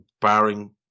Barring